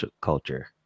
culture